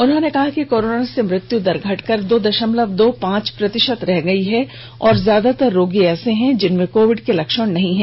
उन्होंने कहा कि कोरोना से मृत्यू दर घटकर दो दशमलव दो पांच प्रतिशत रह गई है और ज्यादातर रोगी ऐसे हैं जिनमें कोविड के लक्षण नही हैं